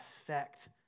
effect